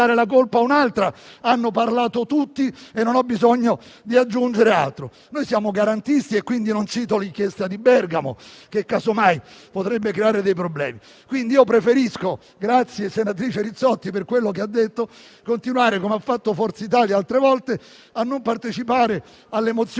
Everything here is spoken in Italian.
Grazie a tutti